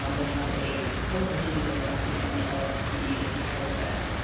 um they had a celebration dinner at the end of the entire event.